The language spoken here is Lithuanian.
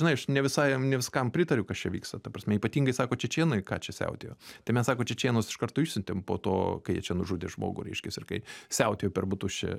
žinai aš ne visai ne viskam pritariu kas čia vyksta ta prasme ypatingai sako čečėnai ką čia siautėjo tai mes sako čečėnus iš karto išsiuntėm po to kai jie čia nužudė žmogų reiškias ir kai siautėjo per butus čia